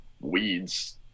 weeds